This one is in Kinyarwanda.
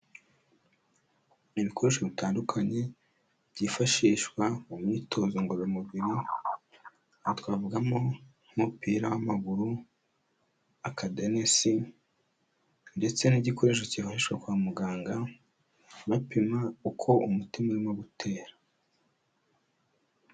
Ibikoresho bitandukanye byifashishwa mu myitozo ngororamubiri, aha twavugamo nk'umupira w'amaguru, akadenesi ndetse n'igikoresho kifashishwa kwa muganga, bapima uko umutima urimo gutera.